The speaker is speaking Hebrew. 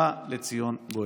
בא לציון גואל.